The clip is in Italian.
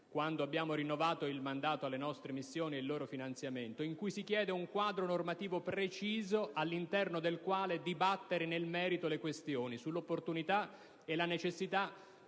quando abbiamo rinnovato il mandato alle nostre missioni e il loro finanziamento in cui si chiede un quadro normativo preciso all'interno del quale dibattere nel merito le questioni relative all'opportunità e alla necessità